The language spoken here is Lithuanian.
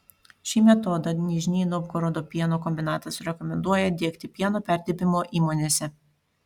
šį metodą nižnij novgorodo pieno kombinatas rekomenduoja diegti pieno perdirbimo įmonėse